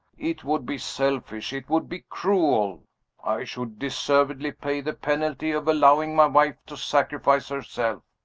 it would be selfish, it would be cruel i should deservedly pay the penalty of allowing my wife to sacrifice herself.